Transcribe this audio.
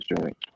joint